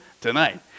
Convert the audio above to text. tonight